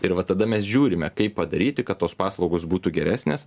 ir va tada mes žiūrime kaip padaryti kad tos paslaugos būtų geresnės